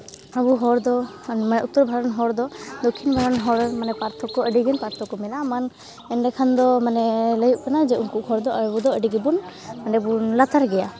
ᱟᱵᱚ ᱦᱚᱲ ᱫᱚ ᱩᱛᱛᱚᱨ ᱵᱷᱟᱨᱚᱛ ᱨᱮᱱ ᱦᱚᱲ ᱫᱚ ᱫᱚᱠᱠᱷᱤᱱ ᱵᱷᱟᱨᱚᱛ ᱨᱮᱱ ᱦᱚᱲ ᱢᱟᱱᱮ ᱯᱟᱨᱛᱷᱚᱠᱠᱚ ᱟᱹᱰᱤᱜᱟᱱ ᱯᱟᱨᱛᱷᱚᱠᱠᱚ ᱢᱮᱱᱟᱜᱼᱟ ᱢᱟᱱ ᱮᱸᱰᱮ ᱠᱷᱟᱱ ᱫᱚ ᱢᱟᱱᱮ ᱞᱟᱹᱭᱟᱹᱜ ᱠᱟᱱᱟ ᱡᱮ ᱩᱱᱠᱩ ᱦᱚᱲ ᱫᱚ ᱟᱵᱚ ᱫᱚ ᱟᱹᱰᱤ ᱜᱮᱵᱚᱱ ᱢᱟᱱᱮ ᱵᱚᱱ ᱞᱟᱛᱟᱨ ᱜᱮᱭᱟ